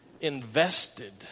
invested